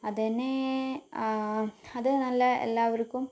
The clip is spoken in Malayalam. അതന്നേ അ അത് നല്ല എല്ലാവർക്കും